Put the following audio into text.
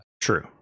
True